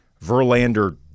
Verlander